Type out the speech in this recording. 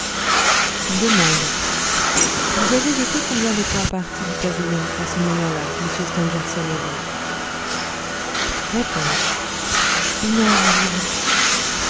vous avez été combien de temps partis du pavillon à ce moment-là m stangerson et vous r une heure environ